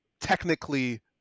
technically